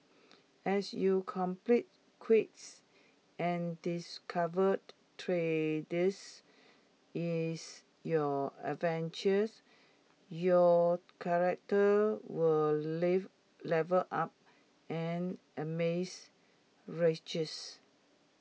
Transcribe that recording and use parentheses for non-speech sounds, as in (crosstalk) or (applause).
as you complete quests and discovered treasures is your adventures your character will (unintelligible) level up and amass riches